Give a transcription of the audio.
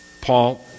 Paul